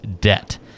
debt